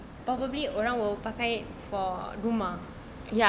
probably orang will pakai for rumah